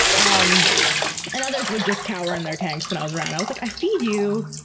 um and others would just cower in their tanks when i was around. i was like, i feed you,